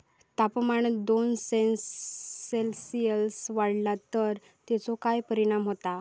तापमान दोन सेल्सिअस वाढला तर तेचो काय परिणाम होता?